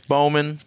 Bowman